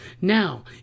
Now